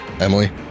Emily